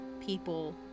people